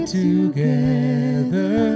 together